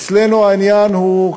אצלנו העניין הוא,